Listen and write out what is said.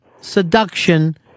seduction